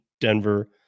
Denver